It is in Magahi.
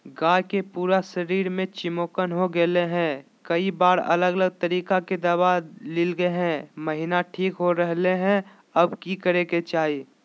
गाय के पूरा शरीर में चिमोकन हो गेलै है, कई बार अलग अलग तरह के दवा ल्गैलिए है महिना ठीक हो रहले है, अब की करे के चाही?